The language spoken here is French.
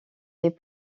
est